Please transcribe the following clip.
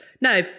no